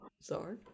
sorry